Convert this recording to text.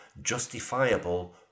justifiable